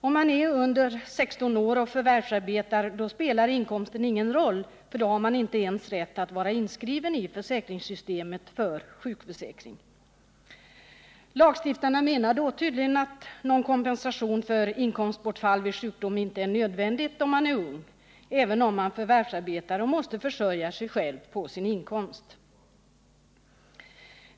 Om man är under 16 år och förvärvsarbetar, spelar inkomsten ingen roll, för då har man inte ens rätt att vara inskriven i försäkringssystemet för sjukförsäkring. Lagstiftarna menar tydligen att någon kompensation för inkomstbortfall vid sjukdom inte är nödvändig om man är ung, även om man förvärvsarbetar och måste försörja sig själv på sin inkomst.